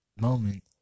moment